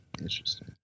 interesting